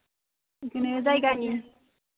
बिदिनो जायगानि